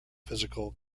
physical